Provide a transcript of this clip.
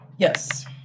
Yes